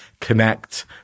connect